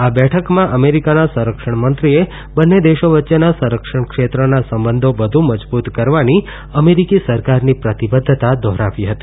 આ બેઠકમાં અમેરીકાના સંરક્ષણ મંત્રીએ બંને દેશો વચ્ચેના સંરક્ષણ ક્ષેત્રના સંબંધો વધુ મજબુત કરવાની અમેરીકી સરકારની પ્રતિબધ્ધતા દોહરાવી હતી